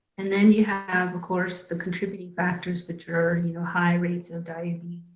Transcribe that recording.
and then you have, of course, the contributing factors which are you know high rates of diabetes,